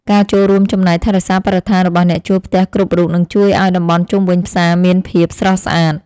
ការចូលរួមចំណែកថែរក្សាបរិស្ថានរបស់អ្នកជួលផ្ទះគ្រប់រូបនឹងជួយឱ្យតំបន់ជុំវិញផ្សារមានភាពស្រស់ស្អាត។